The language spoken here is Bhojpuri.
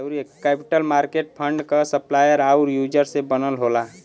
कैपिटल मार्केट फंड क सप्लायर आउर यूजर से बनल होला